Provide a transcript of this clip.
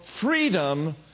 freedom